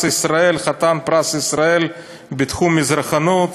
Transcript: טַנְק אָחֵר, וּמֵאִתָּנוּ אֶבֶן".)